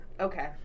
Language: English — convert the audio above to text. okay